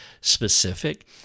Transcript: specific